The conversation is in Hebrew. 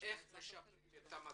כיצד לשפר את המצב.